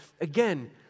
Again